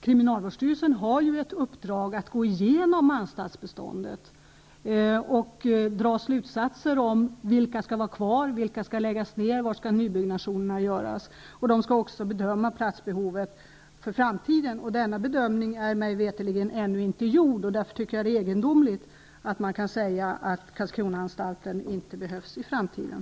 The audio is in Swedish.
Kriminalvårdsstyrelsen har ett uppdrag att gå igenom anstaltsbeståndet och dra slutsatser om vilka anstalter som skall vara kvar, vilka som skall läggas ner samt var nybyggnationerna skall göras. Den skall också bedöma platsbehovet för framtiden. Denna bedömning är mig veterligen ännu inte gjord. Därför tycker jag att det är egendomligt att man kan säga att Karlskronaanstalten inte behövs i framtiden.